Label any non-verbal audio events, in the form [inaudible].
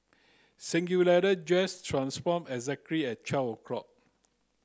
[unintelligible] dress transformed exactly at twelve o'clock